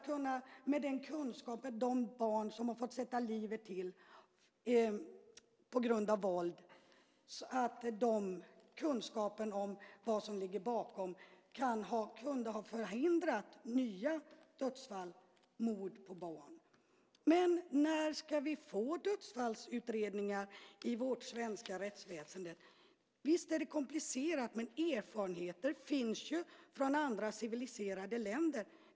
Kunskap när det gäller de barn som har fått sätta livet till på grund av våld och kunskap om vad som ligger bakom det kunde ha förhindrat nya dödsfall, nytt våld och nya mord på barn. När ska vi få dödsfallsutredningar i vårt svenska rättsväsende? Visst är det komplicerat, men erfarenheter finns ju från andra civiliserade länder.